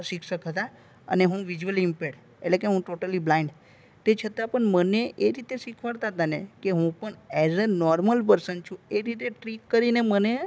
શિક્ષક હતા અને હું વિઝ્યુઅલી ઈમ્પૅર્ડ એટલે કે હું ટોટલી બ્લાઇન્ડ તે છતાં પણ મને એ રીતે શિખવાડતા હતા ને કે હું પણ એઝ અ નોર્મલ પર્સન છું એ રીતે ટ્રીટ કરીને મને